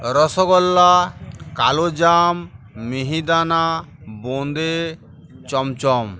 রসগোল্লা কালো জাম মিহিদানা বোঁদে চমচম